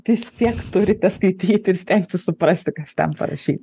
vis tiek turite skaityti ir stengtis suprasti kas ten parašyta